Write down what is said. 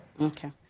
Okay